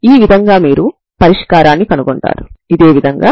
ఇది 2sinh μ కి సమానం అవుతుంది సరేనా